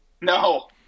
No